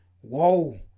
whoa